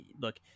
Look